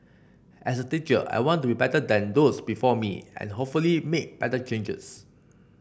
as a teacher I want to be better than those before me and hopefully make better changes